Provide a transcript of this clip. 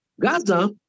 Gaza